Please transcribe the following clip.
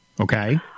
Okay